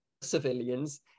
civilians